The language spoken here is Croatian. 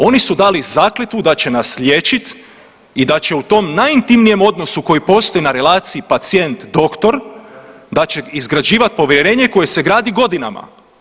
Oni su dali zakletvu da će nas liječiti i da će u tom najintimnijem odnosu koji postoji na relaciji pacijent-doktor da će izgrađivati povjerenje koje se gradi godinama.